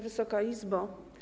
Wysoka Izbo!